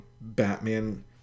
batman